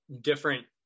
different